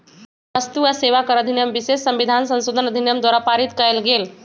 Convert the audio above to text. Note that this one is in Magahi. वस्तु आ सेवा कर अधिनियम विशेष संविधान संशोधन अधिनियम द्वारा पारित कएल गेल